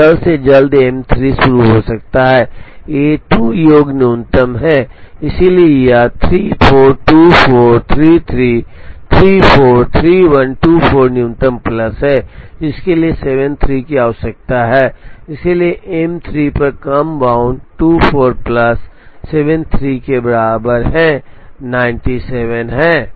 तो जल्द से जल्द M3 शुरू हो सकता है ये 2 योग न्यूनतम हैं इसलिए यह 342433343124 न्यूनतम प्लस है इसके लिए 73 की आवश्यकता है इसलिए M3 पर कम बाउंड 24 प्लस 73 के बराबर है 97 है